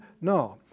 No